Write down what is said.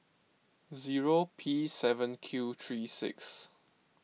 zero P seven Q three six